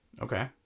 Okay